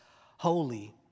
holy